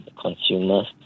consumers